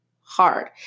hard